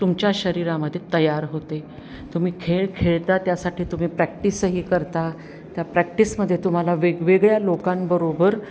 तुमच्या शरीरामध्ये तयार होते तुम्ही खेळ खेळता त्यासाठी तुम्ही प्रॅक्टिसही करता त्या प्रॅक्टिसमध्ये तुम्हाला वेगवेगळ्या लोकांबरोबर